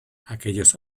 aquellos